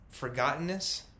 forgottenness